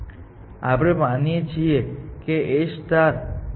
આ અલબત્ત એક એજ છે અને પાછળથી કંઈક બીજું ઉમેરવામાં આવ્યું છે n સુધી નો શ્રેષ્ઠ માર્ગ છે